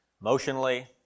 emotionally